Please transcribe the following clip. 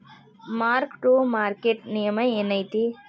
mark to market ನಿಯಮ ಏನೈತಿ